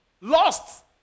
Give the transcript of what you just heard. lost